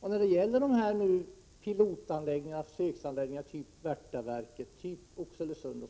Det är ju regeringen som vill satsa på pilotanläggningar och försöksanläggningar typ Värtaverket och Oxelösund.